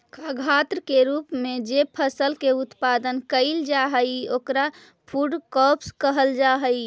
खाद्यान्न के रूप में जे फसल के उत्पादन कैइल जा हई ओकरा फूड क्रॉप्स कहल जा हई